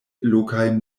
lokaj